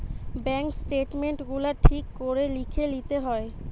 bank statement গুলা ঠিক করে লিখে লিতে হয়